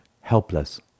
helpless